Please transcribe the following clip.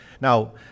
Now